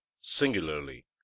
singularly